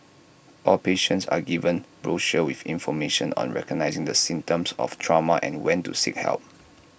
all patients are given brochures with information on recognising the symptoms of trauma and when to seek help